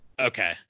Okay